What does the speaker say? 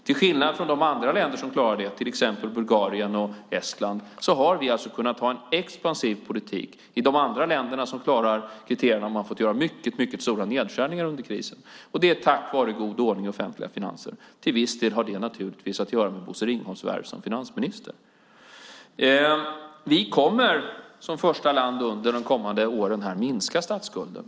Till skillnad från andra länder som klarar det, till exempel Bulgarien och Estland, har vi kunnat ha en expansiv politik. I andra länder som klarar kriterierna har man fått göra mycket stora nedskärningar under krisen. Det är tack vare god ordning i offentliga finanser. Till viss del har det naturligtvis att göra med Bosse Ringholms värv som finansminister. Vi kommer som första land under de kommande åren att minska statsskulden.